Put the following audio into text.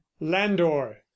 landor